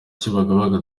kibagabaga